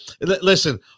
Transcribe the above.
Listen